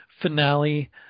finale